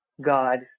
God